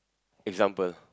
example